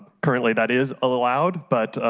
currently, that is allowed, but,